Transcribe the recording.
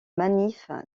manif